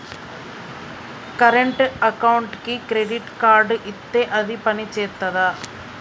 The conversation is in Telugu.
కరెంట్ అకౌంట్కి క్రెడిట్ కార్డ్ ఇత్తే అది పని చేత్తదా?